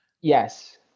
Yes